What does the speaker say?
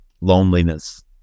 Loneliness